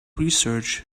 research